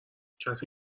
کسی